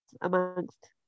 amongst